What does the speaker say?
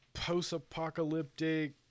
post-apocalyptic